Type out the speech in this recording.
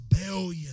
rebellion